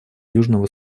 южного